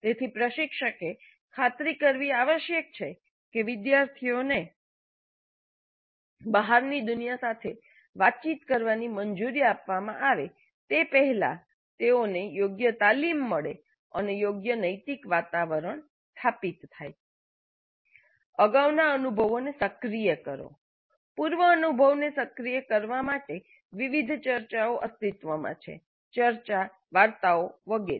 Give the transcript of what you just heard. તેથી પ્રશિક્ષકે ખાતરી કરવી આવશ્યક છે કે વિદ્યાર્થીઓને બહારની દુનિયા સાથે વાતચીત કરવાની મંજૂરી આપવામાં આવે તે પહેલાં તેઓને યોગ્ય તાલીમ મળે અને યોગ્ય નૈતિક વાતાવરણ સ્થાપિત થાય અગાઉના અનુભવને સક્રિય કરો જેમ કે અગાઉના એકમોમાં પણ સૂચનાત્મક ઘટકો પર ચર્ચા કરવામાં આવ્યા છે પૂર્વ અનુભવને સક્રિય કરવા માટે વિવિધ ચર્ચાઓ અસ્તિત્વમાં છે ચર્ચા વાર્તાઓ વગેરે